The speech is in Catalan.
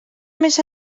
més